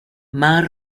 mar